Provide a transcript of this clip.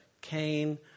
Cain